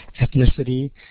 ethnicity